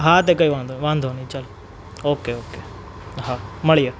હા તે કંઈ વાંધો વાંધો નહીં ચાલ ઓકે ઓકે હા મળીએ